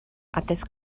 atés